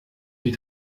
die